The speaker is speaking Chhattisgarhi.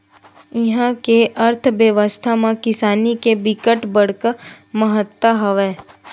इहा के अर्थबेवस्था म किसानी के बिकट बड़का महत्ता हवय